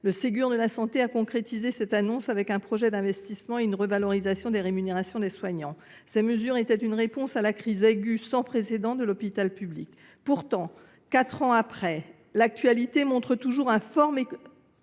Le Ségur de la santé a concrétisé cette annonce avec un projet d’investissement et une revalorisation des rémunérations des soignants. Ces mesures étaient une réponse à la crise aiguë sans précédent de l’hôpital public. Pourtant, quatre ans après, l’actualité montre qu’il y a toujours un fort mécontentement